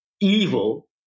evil